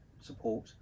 support